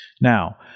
Now